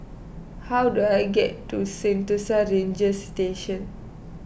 how do I get to Sentosa Ranger Station